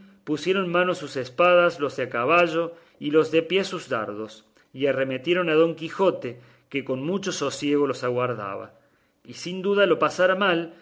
pusieron mano a sus espadas los de a caballo y los de a pie a sus dardos y arremetieron a don quijote que con mucho sosiego los aguardaba y sin duda lo pasara mal